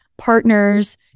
partners